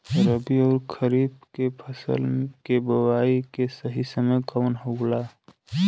रबी अउर खरीफ के फसल के बोआई के सही समय कवन होला?